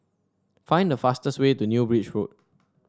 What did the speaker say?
find the fastest way to New Bridge Road